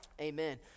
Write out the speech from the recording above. amen